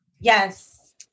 Yes